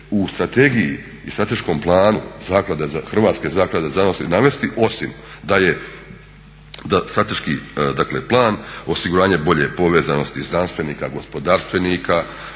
u strategiji i strateškom planu, Hrvatske zaklade za znanost navesti osim da je, da Strateški dakle plan, osiguranje bolje povezanosti znanstvenika, gospodarstvenika,